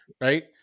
right